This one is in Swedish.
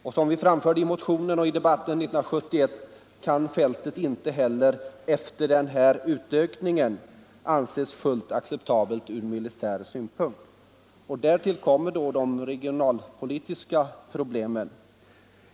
Såsom vi framförde i motionen och i debatten 1971 kan fältet inte heller efter den här ökningen anses fullt acceptabelt ur militär synpunkt. Därtill kommer de regionalpolitiska problemen.